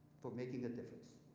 for making a difference.